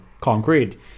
concrete